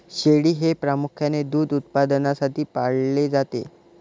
शेळी हे प्रामुख्याने दूध उत्पादनासाठी पाळले जाते